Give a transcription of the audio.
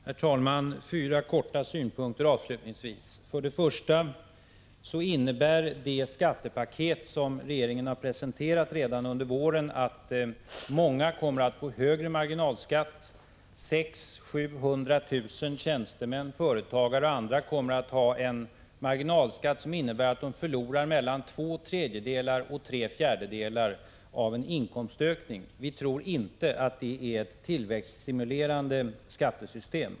Herr talman! Jag vill avslutningsvis anlägga fyra kortfattade synpunkter. För det första innebär det skattepaket som regeringen har presenterat redan under våren att många kommer att få högre marginalskatt. 600 000 700 000 tjänstemän, företagare och andra kommer att få en marginalskatt, som innebär att de förlorar mellan två tredjedelar och tre fjärdedelar av en inkomstökning. Vi tror inte att det är ett tillväxtstimulerande skattesystem.